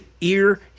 ear